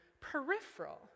peripheral